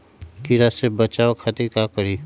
कीरा से बचाओ खातिर का करी?